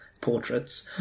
portraits